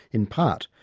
in part,